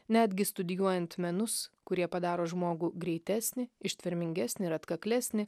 netgi studijuojant menus kurie padaro žmogų greitesnį ištvermingesnį ir atkaklesnį